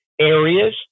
areas